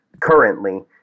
currently